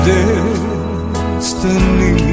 Destiny